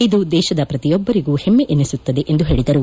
ಇದು ದೇಶದ ಪ್ರತಿಯೊಬ್ಬರಿಗೂ ಹೆಮ್ಮೆ ಎನಿಸುತ್ತದೆ ಎಂದು ಹೇಳಿದರು